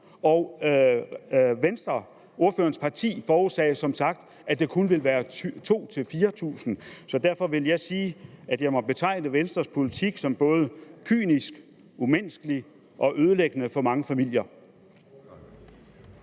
og Venstre, ordførerens parti, forudsagde som sagt, at der kun ville være 2.000-4.000. Derfor vil jeg sige, at jeg må betegne Venstres politik som både kynisk, umenneskelig og ødelæggende for mange familier.